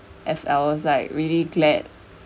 as I was like really glad